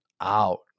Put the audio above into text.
out